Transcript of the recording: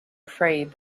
afraid